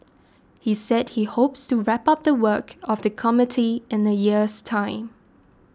he said he hopes to wrap up the work of the committee in a year's time